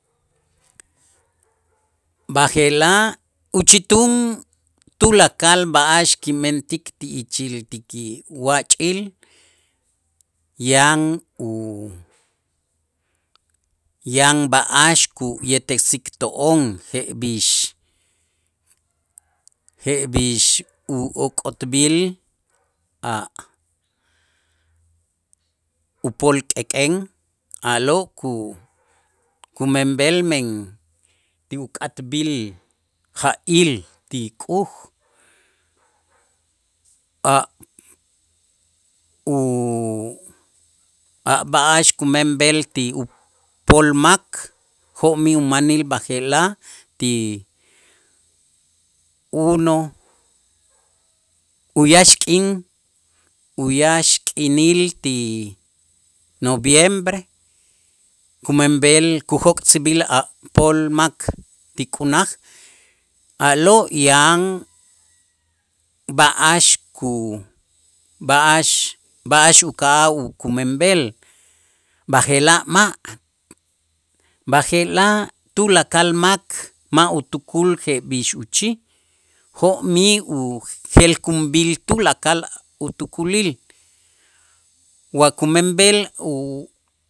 B'aje'laj uchitun tulakal b'a'ax kimentik ti ichil ti kiwach'il yan u yan b'a'ax kuye'tesik to'on jeb'ix jeb'ix ok'otb'il a' upol k'ek'en a'lo' ku- kumenb'el men ti uk'atb'il ja'il ti k'uj, a' u a' b'a'ax kumenb'el ti upol mak jo'mij umanil b'aje'laj ti uno uyaxk'in uyaxk'inil ti noviembre kumenb'el kujok'sib'il a' pol mak ti k'unaj, a'lo' yan b'a'ax ku b'a'ax, b'a'ax uka'aj ukumenb'el b'aje'laj ma', b'aje'laj tulakal mak ma' utukul jeb'ix uchij jo'mij ujelkunb'il tulakal utukulil wa kumenb'el u